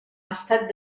estat